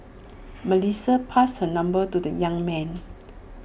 Melissa passed her number to the young man